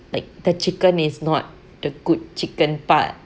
like the chicken is not the good chicken but